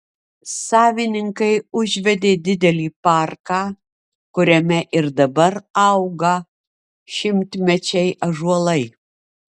savininkai užvedė didelį parką kuriame ir dabar auga šimtmečiai ąžuolai